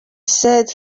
said